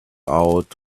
out